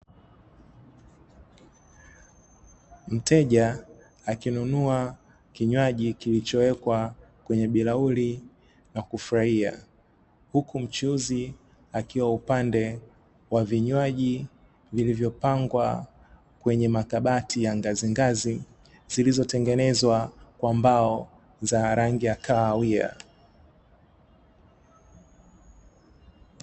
Mteja akinunua kinywaji kilichowekwa kwenye bilauli na kufurahia. huku mchuuzi akiwa upande wa vinywaji, vilivyopangwa kwenye makabati ya ngazingazi zilizotengenezwa kwa mbao za rangi ya kahawia.